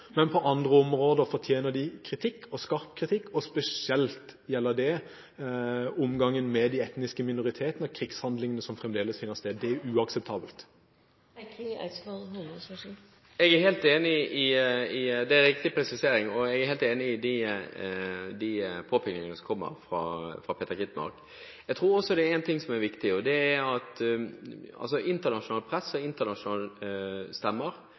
men på andre områder fortjener de skarp kritikk, og spesielt gjelder det omgangen med de etniske minoritetene og krigshandlingene som fremdeles finner sted. Det er uakseptabelt. Jeg er helt enig i det, det er riktig presisering. Og jeg er helt enig i de påpekningene som kommer fra Peter Skovholt Gitmark. Internasjonalt press og internasjonale stemmer er viktig, og jeg mener Norge skal bidra med det i tiden som kommer. Vi skal koordinere oss med andre for å sørge for at